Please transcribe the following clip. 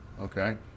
okay